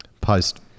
post